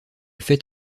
fait